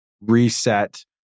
reset